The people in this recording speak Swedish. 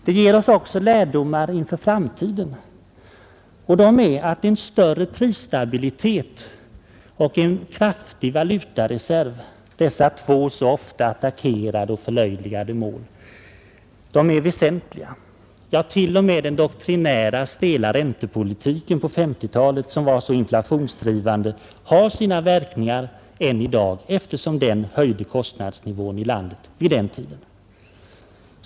Det ger oss också lärdomar inför framtiden: en större prisstabilitet och en kraftig valutareserv — dessa två så ofta attackerade och förlöjligade mål — är västentliga. T. o. m. den doktrinära, stela räntepolitiken på 1950-talet, som var så inflationsdrivande, har sina verkningar än i dag eftersom den höjde kostnadsnivån i landet vid den tiden.